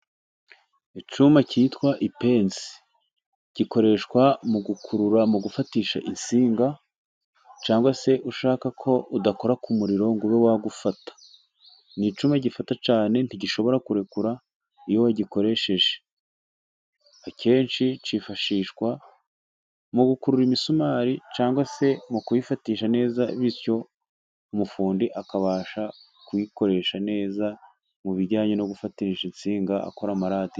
Icyuma cyitwa ipensi gikoreshwa mu gukurura mu gufatisha insinga, cyangwa se ushaka ko udakora ku muriro ngo ube wagufata. Ni icyuma gifata cyane ntigishobora kurekura iyo ugikoresheje. Akenshi cyifashishwa mu gukurura imisumari, cyangwa se mu kuyifatisha neza. Bityo umufundi akabasha kuyikoresha neza, mu bijyanye no gufatisha insinga akora amaradiyo.